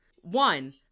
One